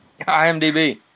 IMDB